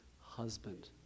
husband